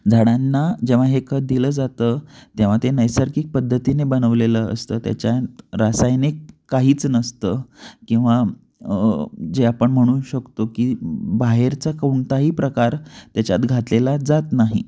झाडांना जेव्हा हे खत दिलं जातं तेव्हा ते नैसर्गिक पद्धतीने बनवलेलं असतं त्याच्यात रासायनिक काहीच नसतं किंवा जे आपण म्हणू शकतो की बाहेरचा कोणताही प्रकार त्याच्यात घातलेला जात नाही